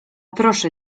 proszę